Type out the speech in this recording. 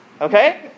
okay